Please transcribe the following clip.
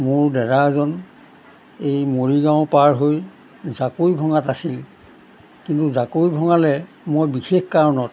মোৰ দাদা এজন এই মৰিগাঁও পাৰ হৈ জাকৈভঙাত আছিল কিন্তু জাকৈভঙালৈ মই বিশেষ কাৰণত